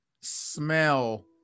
smell